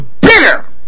bitter